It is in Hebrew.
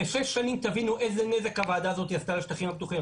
בשש שנים תבינו איזה נזק הוועדה הזאת עשתה לשטחים הפתוחים.